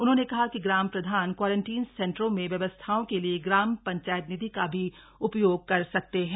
उन्होंने कहा कि ग्राम प्रधान क्वारंटीन सेंन्टरों में व्यवस्थाओं के लिए ग्राम पंचायत निधि का भी उपयोग कर सकते हैं